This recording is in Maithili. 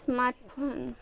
smart phone